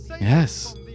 yes